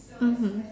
mmhmm